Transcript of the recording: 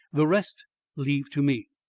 the rest leave to me.